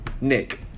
Nick